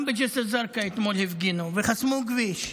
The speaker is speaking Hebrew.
גם בג'יסר א-זרקא אתמול הפגינו וחסמו כביש.